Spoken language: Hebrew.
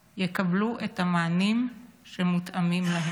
יקבלו את המענים שמותאמים להם.